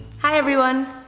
hi everyone.